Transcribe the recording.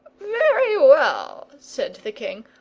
very well, said the king.